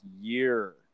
year